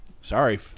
Sorry